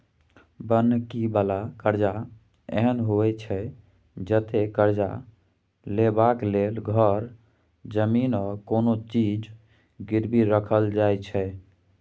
बन्हकी बला करजा एहन होइ छै जतय करजा लेबाक लेल घर, जमीन आ कोनो चीज गिरबी राखल जाइ छै